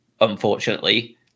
unfortunately